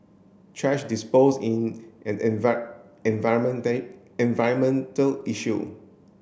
thrash dispose in an environment day environmental issue